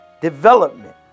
development